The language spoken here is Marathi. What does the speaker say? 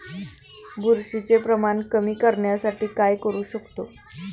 बुरशीचे प्रमाण कमी करण्यासाठी काय करू शकतो?